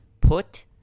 Put